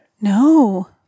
No